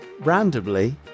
randomly